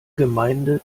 gemeinde